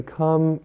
come